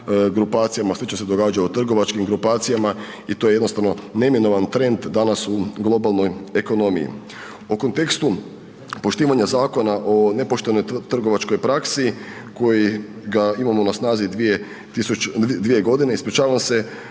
slično se događa u trgovačkim grupacijama i to je jednostavno neminovan trend danas u globalnoj ekonomiji. O kontekstu poštivanja Zakona o nepoštenoj trgovačkoj praksi kojega imamo na snazi 2 tisuće, 2.g., ispričavam se,